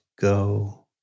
go